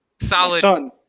solid